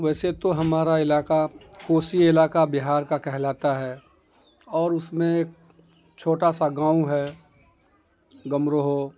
ویسے تو ہمارا علاقہ کوسی علاقہ بہار کا کہلاتا ہے اور اس میں چھوٹا سا گاؤں ہے گمروہو